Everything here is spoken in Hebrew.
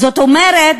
זאת אומרת,